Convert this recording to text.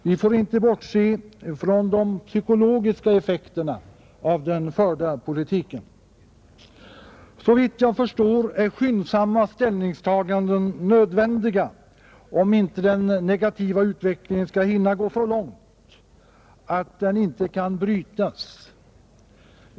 Vi får inte bortse från de psykologiska effekterna av den förda politiken, Såvitt jag förstår är skyndsamma ställningstaganden nödvändiga, om inte den negativa utvecklingen skall hinna gå så långt att den inte kan brytas.